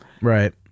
right